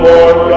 Lord